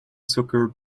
soccer